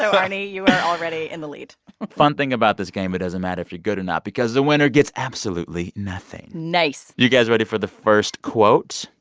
so arnie, you are already in the lead fun thing about this game it doesn't matter if you're good or not because the winner gets absolutely nothing nice you guys ready for the first quote?